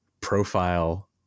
profile